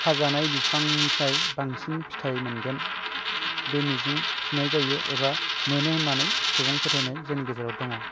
खाजानाय बिफांनिफ्राय बांसिन फिथाइ मोनगोन बे मिजिं थिनाय जायो एबा मोनो होननानै सुबुं फोथाइनायजोंनि गेजेराव दङ